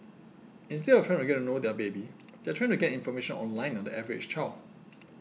instead of trying to get to know their baby they are trying to get information online on the average child